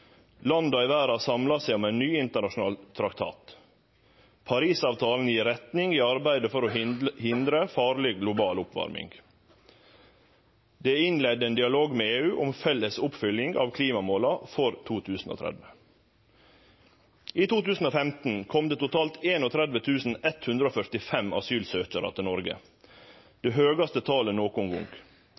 Landa i verda samla seg om ein ny internasjonal traktat. Paris-avtalen gir retning i arbeidet for å hindre farleg global oppvarming. Det er innleidd ein dialog med EU om felles oppfylling av klimamåla for 2030. I 2015 kom det totalt 31 145 asylsøkjarar til Noreg, det høgaste talet nokon gong.